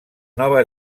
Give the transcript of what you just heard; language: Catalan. nova